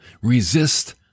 Resist